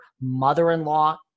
mother-in-law